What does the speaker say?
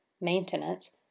maintenance